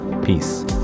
Peace